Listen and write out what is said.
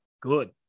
good